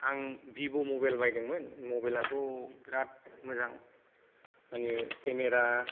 आं भिभ' मबाइल बायदोंमोन मबाइलआथ' बिराद मोजां माने केमेरा